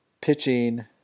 pitching